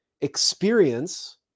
experience